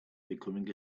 becoming